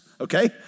okay